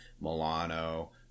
Milano